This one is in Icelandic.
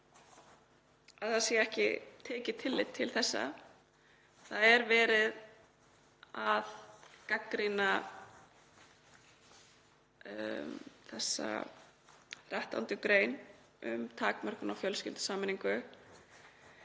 að það sé ekki tekið tillit til þessa. Það er verið að gagnrýna þessa 13. gr. um takmörkun á fjölskyldusameiningu